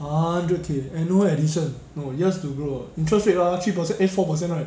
hundred K annual edition no years to grow interest rate ah three perce~ eh four percent right